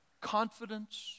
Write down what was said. Confidence